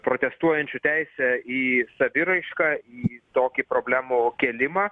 protestuojančių teisę į saviraišką į tokį problemų kėlimą